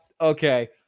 Okay